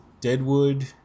Deadwood